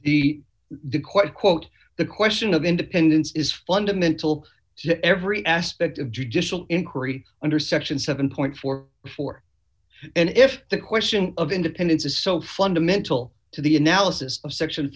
the the quite quote the question of independence is fundamental to every aspect of judicial inquiry under section seven point four four and if the question of independence is so fundamental to the analysis of section